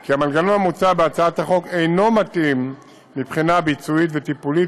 כי המנגנון המוצע בהצעת החוק אינו מתאים מבחינה ביצועית וטיפולית,